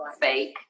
Fake